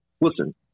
listen